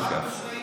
אל תשכח.